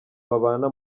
babana